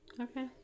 Okay